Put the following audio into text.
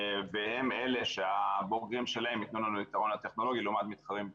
והן אלה שהבוגרים שלהן ייתנו לנו את היתרון הטכנולוגי לעומת המתחרים.